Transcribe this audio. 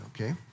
okay